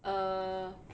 err